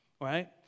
Right